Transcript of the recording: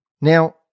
Now